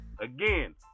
Again